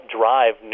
drive